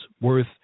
worth